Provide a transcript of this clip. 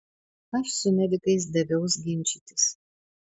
aš su medikais daviaus ginčytis